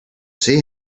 see